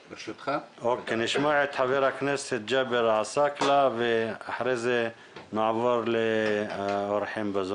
נשמע את חבר הכנסת ג'אבר עסאקלה ואחר כך נעבור לאורחים בזום.